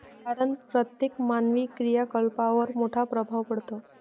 कारण प्रत्येक मानवी क्रियाकलापांवर मोठा प्रभाव पडतो